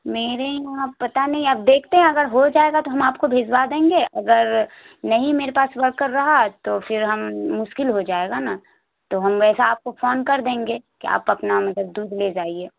میرے یہاں پتا نہیں اب دیکھتے ہیں اگر ہو جائے گا تو ہم آپ کو بھجوا دیں گے اگر نہیں میرے پاس ورکر رہا تو پھر ہم مشکل ہو جائے گا نا تو ہم ویسا آپ کو فون کر دیں گے کہ آپ اپنا مطلب دودھ لے جائیے